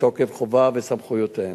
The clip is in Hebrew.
מתוקף חובתה וסמכויותיה.